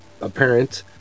apparent